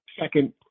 second